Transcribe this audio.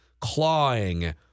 clawing